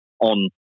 on